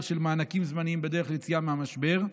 של מענקים זמניים בדרך ליציאה מהמשבר,